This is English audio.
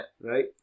Right